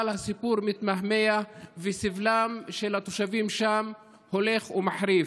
אבל הסיפור מתמהמה וסבלם של התושבים שם הולך ומחריף.